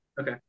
okay